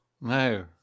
No